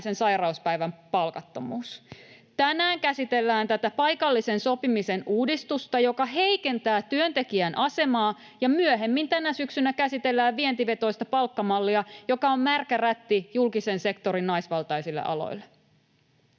Piisisen välihuuto] Tänään käsitellään tätä paikallisen sopimisen uudistusta, joka heikentää työntekijän asemaa, ja myöhemmin tänä syksynä käsitellään vientivetoista palkkamallia, joka on märkä rätti julkisen sektorin naisvaltaisille aloille.